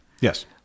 Yes